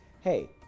Hey